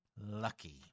lucky